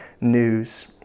news